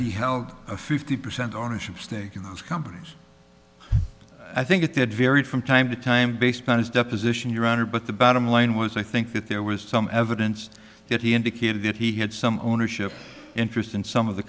he held a fifty percent ownership stake in those companies i think that varied from time to time based on his deposition your honor but the bottom line was i think that there was some evidence that he indicated that he had some ownership interest in some of the